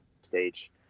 stage